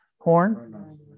horn